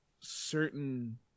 certain